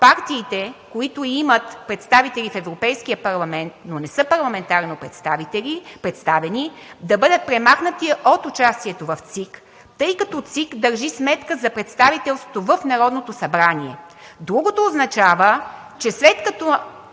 партиите, които имат представители в Европейския парламент, но не са парламентарно представени, да бъдат премахнати от участието в ЦИК, тъй като ЦИК държи сметка за представителството в Народното събрание. Другото означава, че след като